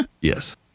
Yes